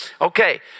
Okay